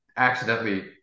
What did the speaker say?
accidentally